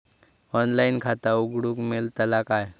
Online खाता उघडूक मेलतला काय?